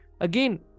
Again